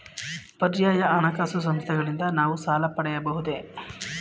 ಪರ್ಯಾಯ ಹಣಕಾಸು ಸಂಸ್ಥೆಗಳಿಂದ ನಾವು ಸಾಲ ಪಡೆಯಬಹುದೇ?